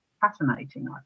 fascinating